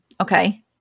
Okay